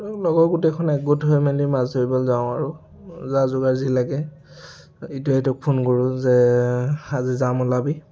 লগৰ গোটেইখন একগোট হৈ মেলি মাছ ধৰিবলৈ যাওঁ আৰু জা যোগাৰ যি লাগে ইটোৱে সিটোক ফোন কৰোঁ যে আজি যাম ওলাবি